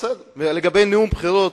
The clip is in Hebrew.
ולגבי נאום בחירות,